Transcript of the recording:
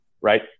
right